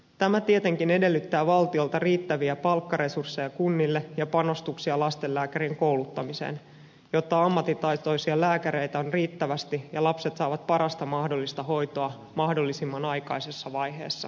tämä tietenkin edellyttää valtiolta riittäviä palkkaresursseja kunnille ja panostuksia lastenlääkärien kouluttamiseen jotta ammattitaitoisia lääkäreitä on riittävästi ja lapset saavat parasta mahdollista hoitoa mahdollisimman aikaisessa vaiheessa